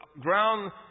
ground